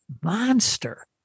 monster